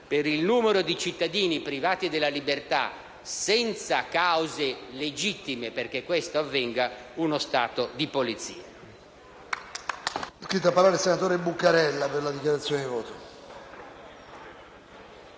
il numero di cittadini privati della libertà senza cause legittime perché questo avvenga) uno Stato di polizia.